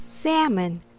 Salmon